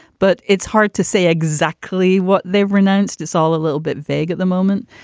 but it's hard to say exactly what they've renounced. it's all a little bit vague at the moment.